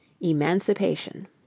Emancipation